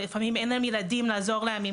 לפעמים אין להם ילדים לעזור להם.